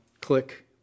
click